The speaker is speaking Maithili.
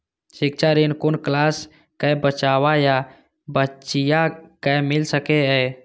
शिक्षा ऋण कुन क्लास कै बचवा या बचिया कै मिल सके यै?